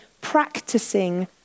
practicing